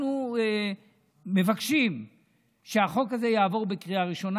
אנחנו מבקשים שהחוק הזה יעבור בקריאה ראשונה.